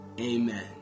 Amen